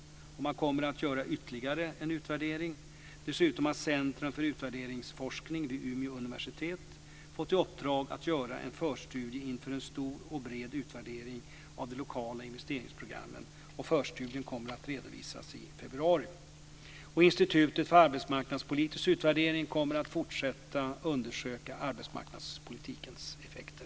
Man kommer att göra ytterligare en utvärdering. Dessutom har Centrum för utvärderingsforskning vid Umeå universitet fått i uppdrag att göra en förstudie inför en stor och bred utvärdering av de lokala investeringsprogrammen. Förstudien kommer att redovisas i februari. Institutet för arbetsmarknadspolitisk utvärdering kommer att fortsätta undersöka arbetsmarknadspolitikens effekter.